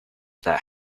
that